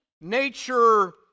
nature